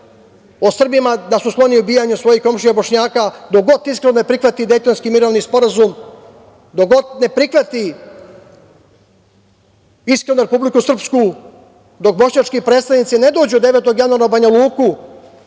o Srbima da su skloni ubijanjima svojih komšija Bošnjaka, dok god iskreno ne prihvati Dejtonski mirovni sporazum, dok god ne prihvati iskreno Republiku Srpsku, dok bošnjački predstavnici ne dođu 9. januara u Banja Luku